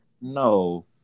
No